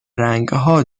رنگها